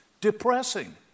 depressing